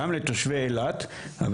גם לתושבי אילת.